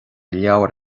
leabhar